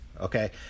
okay